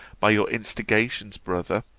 by your instigations, brother,